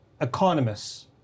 economists